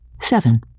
Seven